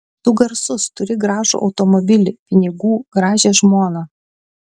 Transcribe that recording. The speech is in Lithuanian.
tu garsus turi gražų automobilį pinigų gražią žmoną